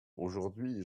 aujourd’hui